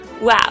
Wow